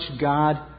God